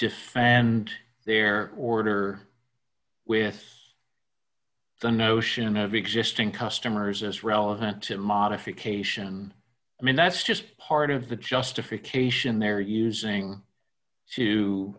and their order with the notion of existing customers is relevant to modification i mean that's just part of the justification they're using to